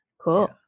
Cool